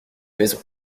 maison